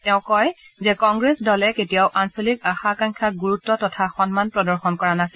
তেওঁ কয় যে কংগ্ৰেছ দলে কেতিয়াও আঞ্চলিক আকাংক্ষাসমূহক গুৰুত্ব তথা সন্মান প্ৰদৰ্শন কৰা নাছিল